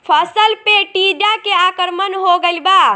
फसल पे टीडा के आक्रमण हो गइल बा?